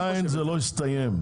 עדיין זה לא הסתיים.